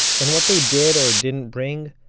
and what they did or didn't bring,